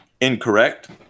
Incorrect